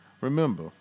Remember